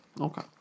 Okay